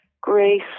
grace